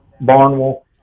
Barnwell